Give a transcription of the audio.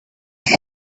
you